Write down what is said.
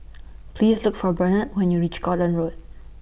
Please Look For Bernard when YOU REACH Gordon Road